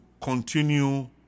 continue